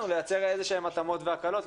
אימונים זה לתקופות קצרות.